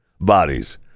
bodies